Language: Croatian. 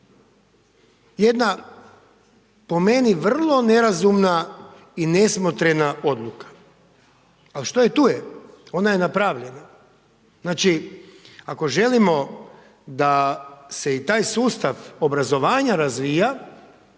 Jedna po meni vrlo nerazumna i nesmotrena odluka. Ali što je tu je. Ona je napravljena. Znači ako želimo da se i taj sustav obrazovanja razvija